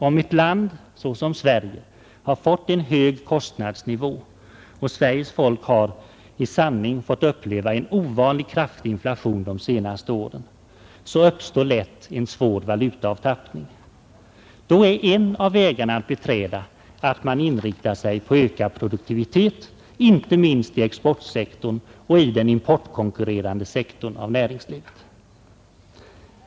Om ett land som Sverige har fått en hög kostnadsnivå — och Sverige har i sanning fått uppleva en ovanligt kraftig inflation de senaste åren — uppstår lätt en besvärande valutaavtappning. Då är en av vägarna att beträda att man inriktar sig på ökad produktivitet, inte minst i exportsektorn och i den importkonkurrerande sektorn av näringslivet.